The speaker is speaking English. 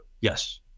Yes